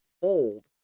fold